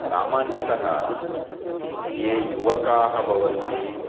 सामान्यतः ये युवकाः भवन्ति